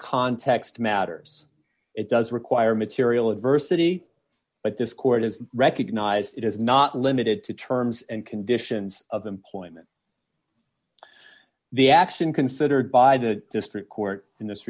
context matters it does require material adversity but this court has recognized it is not limited to terms and conditions of employment the action considered by the district court in this